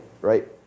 right